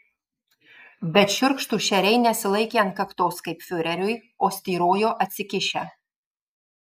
bet šiurkštūs šeriai nesilaikė ant kaktos kaip fiureriui o styrojo atsikišę